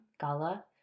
Gala